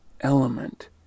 element